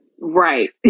Right